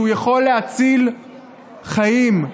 שהוא יכול להציל חיים,